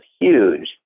huge